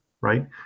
Right